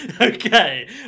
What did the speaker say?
Okay